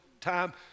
time